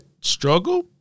struggle